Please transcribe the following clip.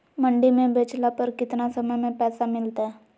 मंडी में बेचला पर कितना समय में पैसा मिलतैय?